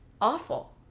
awful